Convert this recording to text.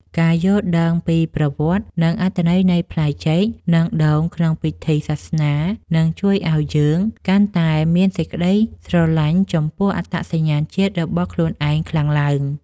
ការយល់ដឹងពីប្រវត្តិ និងអត្ថន័យនៃផ្លែចេក និងដូងក្នុងពិធីសាសនានឹងជួយឱ្យយើងកាន់តែមានសេចក្តីស្រឡាញ់ចំពោះអត្តសញ្ញាណជាតិរបស់ខ្លួនឯងខ្លាំងឡើង។